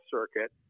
Circuit